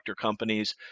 companies